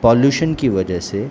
pollution کی وجہ سے